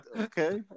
Okay